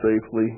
safely